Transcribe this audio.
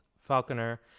Falconer